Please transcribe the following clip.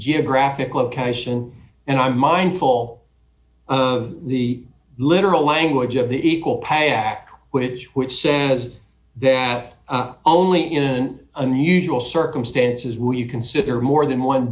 geographic location and i'm mindful of the literal language of the equal pay act which which says that only in unusual circumstances would you consider more than one